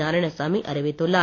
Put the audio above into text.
நாராயணசாமி அறிவித்துள்ளார்